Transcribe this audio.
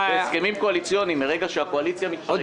בהסכמים הקואליציוניים מרגע שהקואליציה מתפרקת